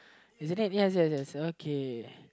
isn't there any other answer as answer okay